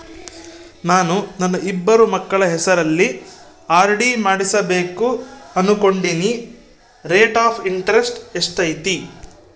ನಾನು ನನ್ನ ಇಬ್ಬರು ಮಕ್ಕಳ ಹೆಸರಲ್ಲಿ ಆರ್.ಡಿ ಮಾಡಿಸಬೇಕು ಅನುಕೊಂಡಿನಿ ರೇಟ್ ಆಫ್ ಇಂಟರೆಸ್ಟ್ ಎಷ್ಟೈತಿ?